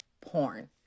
porn